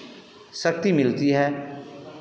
शक्ति मिलती है